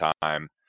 time